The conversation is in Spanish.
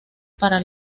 para